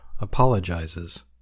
Apologizes